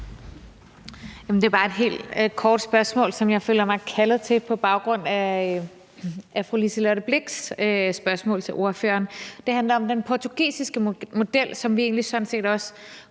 Jeg har bare et helt kort spørgsmål, som jeg føler mig kaldet til at stille på baggrund af fru Liselott Blixts spørgsmål til ordføreren. Det handler om den portugisiske model, som vi egentlig sådan set også